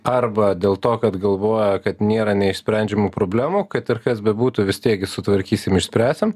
arba dėl to kad galvoja kad nėra neišsprendžiamų problemų kad ir kas bebūtų vis tiek gi sutvarkysim išspręsim